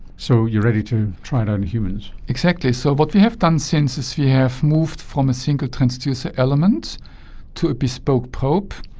so you're ready to try it out on humans? exactly. so what we have done since is we have moved from a single transducer element to a bespoke probe.